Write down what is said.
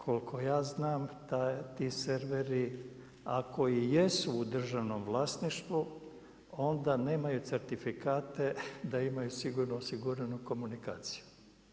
Koliko ja znam ti serveri, ako i jesu u državnom vlasništvu onda nemaju certifikate da imaju sigurno osiguranu komunikaciju.